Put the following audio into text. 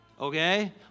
okay